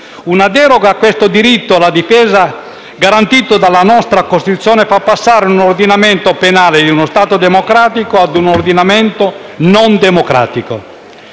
Una deroga a questo diritto, garantito dalla nostra Costituzione, fa passare un ordinamento penale in uno Stato democratico a un ordinamento non democratico.